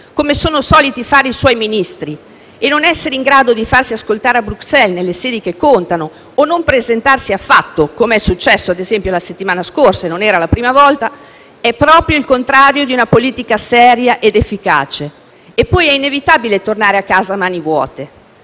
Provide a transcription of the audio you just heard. come sono soliti fare i suoi ministri, senza essere in grado di farsi ascoltare a Bruxelles nelle sedi che contano o senza presentarsi affatto - com'è successo ad esempio la settimana scorsa, e non era la prima volta - è proprio il contrario di una politica seria ed efficace; dunque è inevitabile poi tornare a casa a mani vuote.